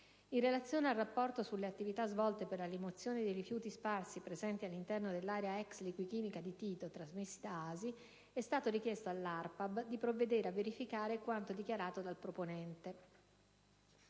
In relazione al «Rapporto sulle attività svolte per la rimozione dei rifiuti sparsi presenti all'interno dell'area ex Liquichimica di Tito», trasmesso da ASI, è stato richiesto all'ARPAB di provvedere a verificare quanto dichiarato dal proponente.